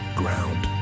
ground